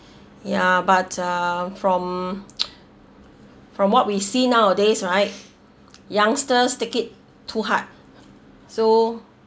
ya but uh from from what we see nowadays right youngsters take it to hard so